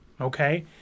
okay